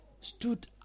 stood